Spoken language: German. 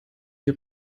die